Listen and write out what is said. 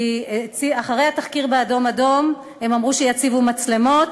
כי אחרי התחקיר ב"אדום אדום" הם אמרו שיציבו מצלמות,